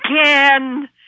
again